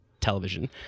television